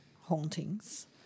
hauntings